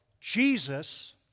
Jesus